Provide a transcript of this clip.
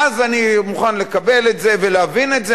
אז אני אהיה מוכן לקבל את זה ולהבין את זה,